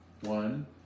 One